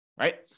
right